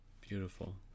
Beautiful